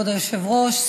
כבוד היושב-ראש,